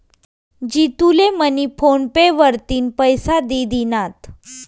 जितू ले मनी फोन पे वरतीन पैसा दि दिनात